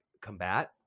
combat